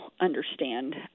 understand